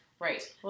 Right